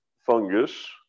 fungus